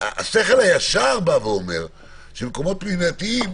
השכל הישר אומר שמקומות פנימייתיים,